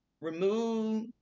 remove